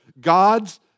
God's